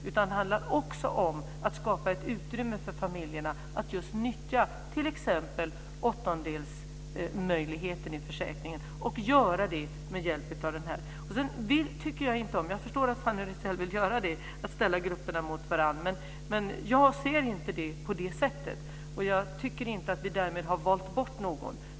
Det handlar också om att skapa ett utrymme för familjerna att utnyttja t.ex. åttondelsmöjligheten i försäkringen med hjälp av detta. Sedan tycker jag inte om, men jag förstår att Fanny Rizell vill göra det, att ställa grupperna mot varandra. Jag ser det inte på det sättet. Jag tycker inte att vi därmed har valt bort någon.